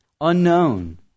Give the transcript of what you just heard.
Unknown